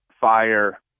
fire